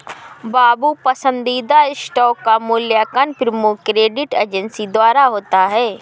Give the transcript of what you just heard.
बाबू पसंदीदा स्टॉक का मूल्यांकन प्रमुख क्रेडिट एजेंसी द्वारा होता है